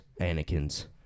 Anakin's